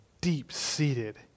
deep-seated